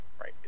right